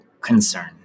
concern